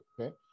okay